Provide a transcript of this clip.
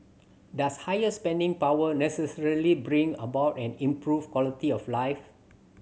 does higher spending power necessarily bring about an improved quality of life